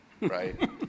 right